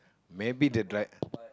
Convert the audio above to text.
maybe the dri~